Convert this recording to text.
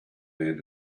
man